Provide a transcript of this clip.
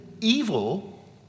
evil